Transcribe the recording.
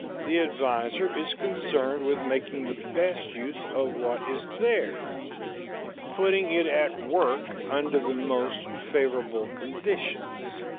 the advisor is concerned with making the best use of what is there putting it at work under the most favorable conditions.